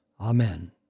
Amen